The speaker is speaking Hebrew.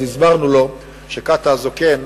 אז הסברנו לו שקאטו הזקן,